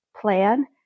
plan